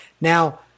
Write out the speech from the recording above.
Now